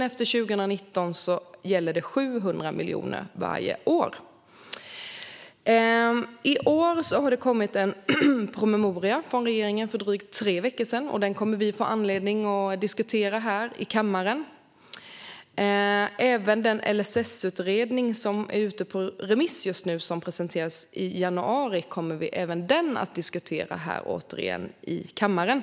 Efter 2019 är det 700 miljoner varje år. I år har det kommit en promemoria från regeringen. Den kom för drygt tre veckor sedan, och den kommer vi att få anledning att diskutera här i kammaren. Även den LSS-utredning som är ute på remiss just nu och som presenterades i januari kommer vi att diskutera här i kammaren.